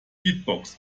beatbox